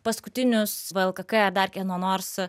paskutinius vlkk ar dar kieno nors